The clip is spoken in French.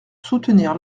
soutenir